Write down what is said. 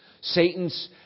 Satan's